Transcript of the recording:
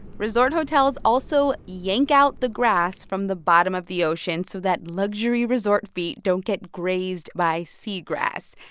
resort hotels also yank out the grass from the bottom of the ocean so that luxury resort feet don't get grazed by sea grass.